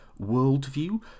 worldview